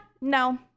no